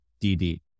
DD